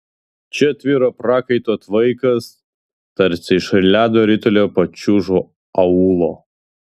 čia tvyro prakaito tvaikas tarsi iš ledo ritulio pačiūžų aulo